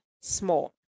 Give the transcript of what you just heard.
small